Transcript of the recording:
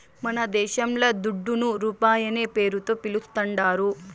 మనదేశంల దుడ్డును రూపాయనే పేరుతో పిలుస్తాందారు